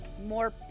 more